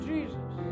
Jesus